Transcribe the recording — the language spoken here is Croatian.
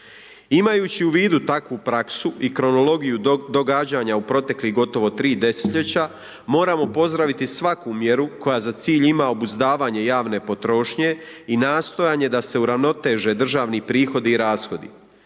Imajući u vidu takvu praksu i kronologiju događanja u proteklih gotovo 3 desetljeća moramo pozdraviti svaku mjeru koja za cilj ima obuzdavanje javne potrošnje i nastojanje da se uravnoteže državni prihodi i rashodi.